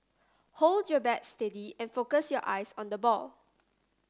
hold your bat steady and focus your eyes on the ball